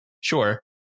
sure